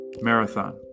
Marathon